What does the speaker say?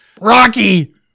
Rocky